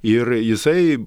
ir jisai